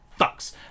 fucks